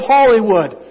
Hollywood